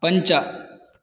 पञ्च